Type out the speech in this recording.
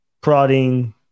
prodding